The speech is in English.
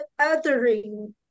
othering